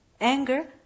anger